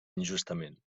injustament